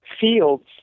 fields